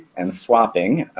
and swapping